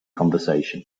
conversation